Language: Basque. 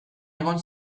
egon